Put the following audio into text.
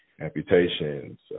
amputations